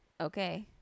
Okay